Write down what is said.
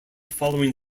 following